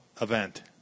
event